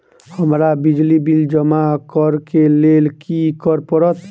हमरा बिजली बिल जमा करऽ केँ लेल की करऽ पड़त?